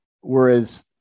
whereas